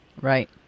Right